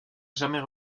jamais